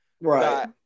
Right